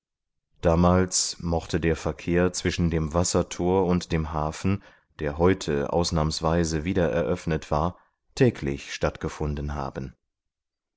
damals mochte der verkehr zwischen dem wassertor und dem hafen der heute ausnahmsweise wiedereröffnet war täglich stattgefunden haben